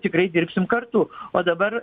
tikrai dirbsim kartu o dabar